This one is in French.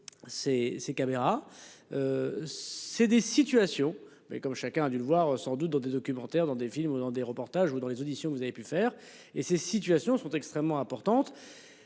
ces caméras. C'est des situations mais comme chacun a dû le voir sans doute dans des documentaires dans des films ou dans des reportages ou dans les auditions. Vous avez pu faire et ces situations sont extrêmement importantes.